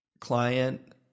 client